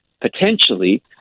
potentially